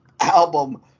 album